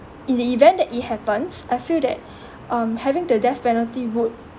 in the event that it happens I feel that um having the death penalty would